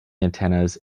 antennas